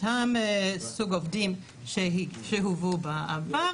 אותם סוג עובדים שהובאו בעבר,